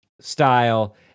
style